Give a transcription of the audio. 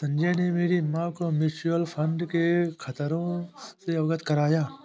संजय ने मेरी मां को म्यूचुअल फंड के खतरों से अवगत कराया